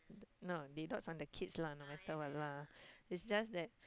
no they dotes on the kids lah no matter what lah it's just that